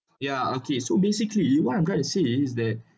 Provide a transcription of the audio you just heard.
ya okay so basically what I'm going to say is that